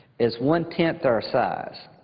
is one-tenth our size.